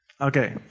Okay